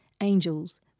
angels